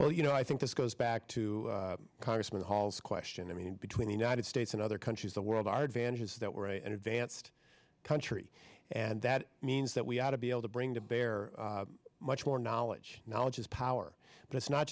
well you know i think this goes back to congressman hall's question i mean between the united states and other countries the world our advantages that we're an advanced country and that means that we ought to be able to bring to bear much more knowledge knowledge is power but it's not